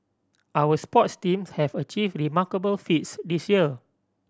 our sports team have achieved remarkable feats this year